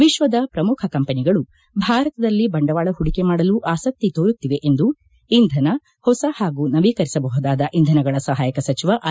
ವಿಶ್ವದ ಪ್ರಮುಖ ಕಂಪನಿಗಳು ಭಾರತದಲ್ಲಿ ಬಂಡವಾಳ ಹೂಡಿಕೆ ಮಾಡಲು ಆಸಕ್ತಿ ತೋರುತ್ತಿವೆ ಎಂದು ಇಂಧನ ಹೊಸ ಹಾಗೂ ನವೀಕರಿಸಬಹುದಾದ ಇಂಧನಗಳ ಸಹಾಯಕ ಸಚಿವ ಆರ್